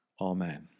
Amen